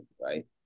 right